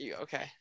Okay